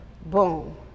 boom